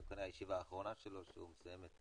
זו הישיבה האחרונה שלו, הוא מסיים את